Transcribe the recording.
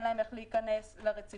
אין להם איך להיכנס לרציפים.